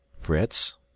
Fritz